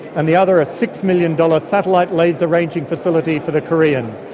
and the other a six million dollars satellite laser ranging facility for the koreans.